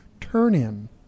Turn-In